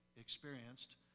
experienced